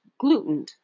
gluten